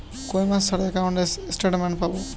কয় মাস ছাড়া একাউন্টে স্টেটমেন্ট পাব?